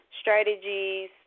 strategies